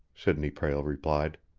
sidney prale replied.